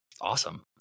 awesome